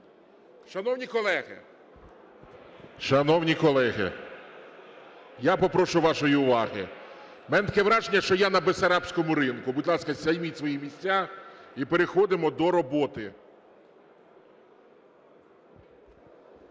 Шановні колеги, я попрошу вашої уваги. У мене таке враження, що я на Бессарабському ринку. Будь ласка, займіть свої місця і переходимо до роботи.